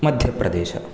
Madhya Pradesh